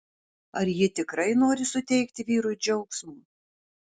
ar ji tikrai nori suteikti vyrui džiaugsmo